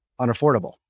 unaffordable